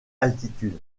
altitude